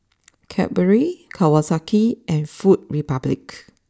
Cadbury Kawasaki and food Republic